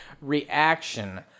reaction